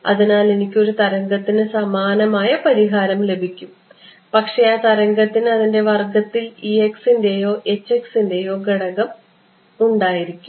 അതിനാൽ എനിക്ക് ഒരു തരംഗത്തിനു സമാനമായ പരിഹാരം ലഭിക്കും പക്ഷേ ആ തരംഗത്തിന് അതിൻറെ വർഗ്ഗത്തിൽ ൻറെയോ ൻറെയോ ഘടകം ഉണ്ടായിരിക്കും